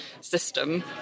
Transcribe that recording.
system